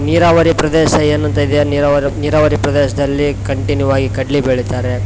ನೀರಾವರಿ ಪ್ರದೇಶ ಏನಂತ ಇದೆ ನೀರವರ ನೀರಾವರಿ ಪ್ರದೇಶದಲ್ಲಿ ಕಂಟಿನ್ಯೂ ಆಗಿ ಕಡ್ಲೆ ಬೆಳಿತಾರೆ